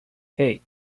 hey